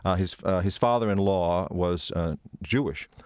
ah his his father-in-law was ah jewish,